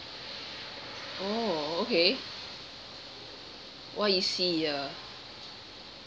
oh okay Y_E_C ah